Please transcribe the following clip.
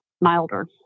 milder